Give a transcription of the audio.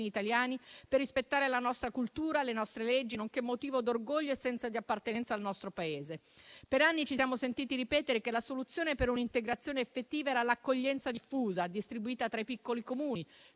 italiani per rispettare la nostra cultura, le nostre leggi, nonché motivo d'orgoglio e senso di appartenenza al nostro Paese. Per anni ci siamo sentiti ripetere che la soluzione per un'integrazione effettiva era l'accoglienza diffusa e distribuita tra i piccoli Comuni,